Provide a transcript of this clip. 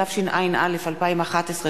התשע”א 2011,